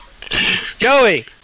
Joey